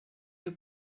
your